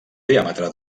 diàmetre